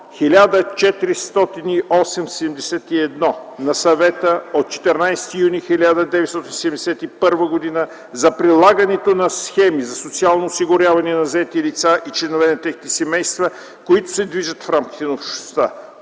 1408/71 на Съвета от 14 юни 1971 г. за прилагането на схеми за социално осигуряване на заети лица и членове на техните семейства, които се движат в рамките на Общността;